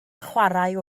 chwarae